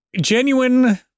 genuine